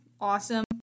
awesome